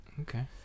Okay